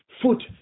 foot